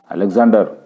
Alexander